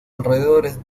alrededores